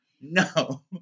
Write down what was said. No